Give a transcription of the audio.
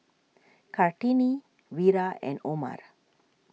Kartini Wira and Omar